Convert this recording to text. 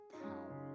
power